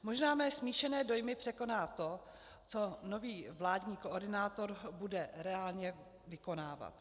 Možná mé smíšené dojmy překoná to, co nový vládní koordinátor bude reálně vykonávat.